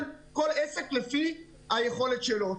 כל עסק לפי היכולת שלו,